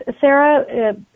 Sarah